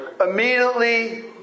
immediately